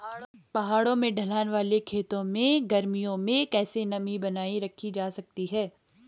पहाड़ों में ढलान वाले खेतों में गर्मियों में कैसे नमी बनायी रखी जा सकती है?